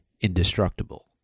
indestructible